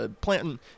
planting